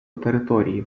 територію